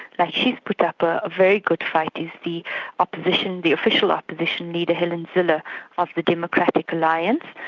like put up a very good fight, is the opposition, the official opposition leader, helen ziller of the democratic alliance.